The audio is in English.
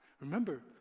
Remember